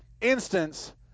instance